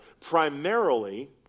primarily